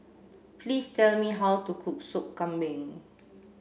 please tell me how to cook sop Kambing